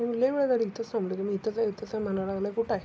मी लई वेळ झालं इथंच थांबलो आहे मी इथंच आहे इथंच आहे म्हणायला लागला आहे कुठं आहे